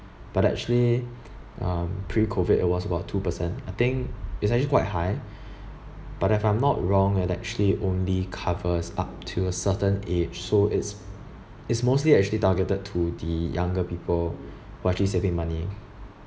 but actually um pre COVID it was about two percent I think it's actually quite high but if I'm not wrong it actually only covers up to a certain age so it's it's mostly actually targeted to the younger people who are actually saving money